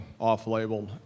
off-label